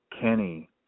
Kenny